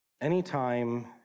Anytime